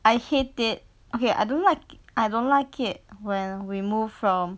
I hate it okay I don't like I don't like it when we move from